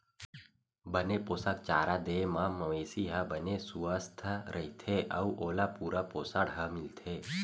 बने पोसक चारा दे म मवेशी ह बने सुवस्थ रहिथे अउ ओला पूरा पोसण ह मिलथे